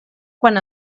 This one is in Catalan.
quan